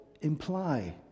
imply